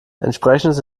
entsprechendes